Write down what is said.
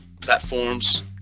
platforms